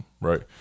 right